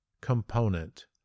component